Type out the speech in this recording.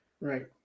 Right